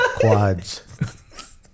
quads